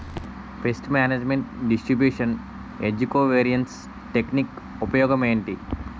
paste management distribution ఏజ్జి covariance technique ఉపయోగం ఏంటి